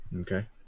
Okay